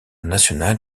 national